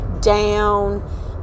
down